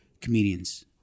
comedians